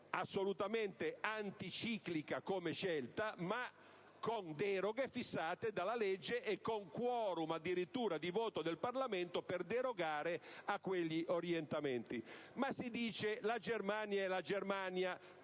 assolutamente anticiclica, ma con deroghe fissate dalla legge e con *quorum*, addirittura, di voto del Parlamento per derogare a quegli orientamenti. Ma si dice: la Germania è la Germania,